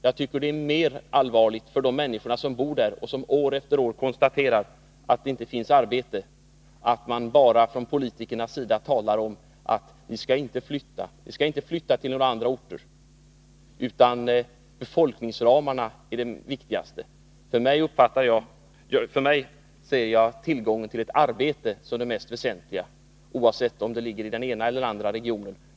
Jag tycker att det mest allvarliga för de människor som bor i dessa områden är att de år efter år måste konstatera att det inte finns arbete och att politikerna bara säger: Ni skall inte flytta till andra orter — befolkningsramarna är det viktigaste. Jag för min del ser tillgången till ett arbete som det mest väsentliga, oavsett om arbetsplatsen ligger i den ena eller den andra regionen.